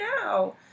now